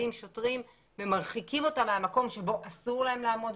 באים שוטרים ומרחיקים אותם מהמקום בו אסור להם לעמוד,